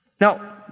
Now